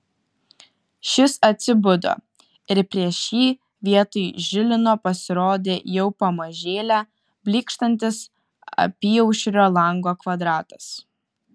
šis atsibudo ir prieš jį vietoj žilino pasirodė jau pamažėle blykštantis apyaušrio lango kvadratas